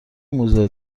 موزه